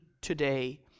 today